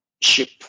ship